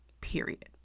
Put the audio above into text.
period